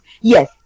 yes